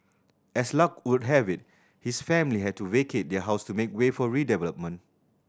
as luck would have it his family had to vacate their house to make way for redevelopment